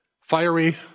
Fiery